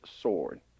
sword